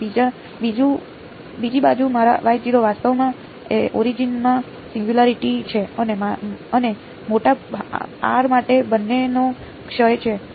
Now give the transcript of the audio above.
તેથી આ મારું છે અને બીજી બાજુ મારા વાસ્તવમાં ઓરિજિન માં સિંગયુંલારીટી છે અને મોટા આર માટે બંનેનો ક્ષય છે